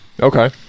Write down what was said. Okay